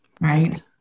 Right